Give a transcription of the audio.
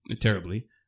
terribly